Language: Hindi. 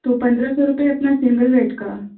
तो पंद्रह सौ रुपये अपना सिंगल बेड का